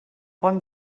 pont